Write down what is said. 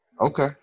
Okay